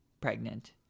pregnant